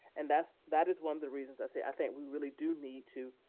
and that that is one of the reasons i say i think we really do need to,